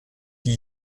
die